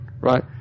right